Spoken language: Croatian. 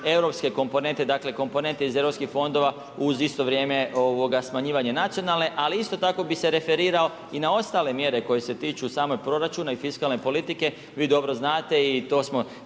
europske komponente, dakle komponente iz europskih fondova uz isto vrijeme smanjivanje nacionalne ali isto tako bi se referirao i na ostale mjere koje se tiču samog proračuna i fiskalne politike, vi dobro znate, i to smo